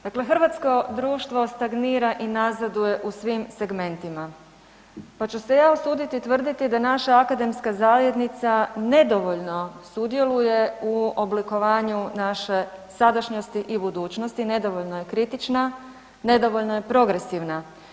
Dakle, hrvatsko društvo stagnira i nazaduje u svim segmentima pa ću se ja usuditi tvrditi da naša akademska zajednica nedovoljno sudjeluje u oblikovanju naše sadašnjosti i budućnosti, nedovoljno je kritična, nedovoljno je progresivna.